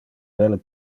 belle